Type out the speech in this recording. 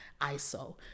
iso